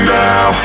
now